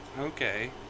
Okay